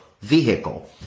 vehicle